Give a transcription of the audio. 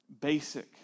basic